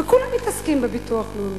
וכולם מתעסקים בביטוח לאומי.